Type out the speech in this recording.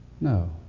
No